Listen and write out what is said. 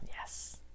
Yes